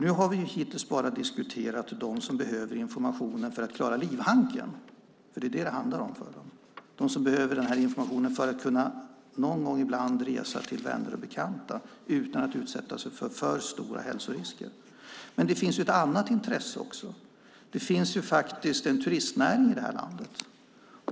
Nu har vi hittills bara diskuterat dem som behöver informationen för att klara livhanken. Det är det som det handlar om för dem. Det är de som behöver den här informationen för att kunna någon gång ibland resa till vänner och bekanta utan att utsätta sig för alltför stora hälsorisker. Det finns ett annat intresse också. Det finns en turistnäring i det här landet.